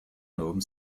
новым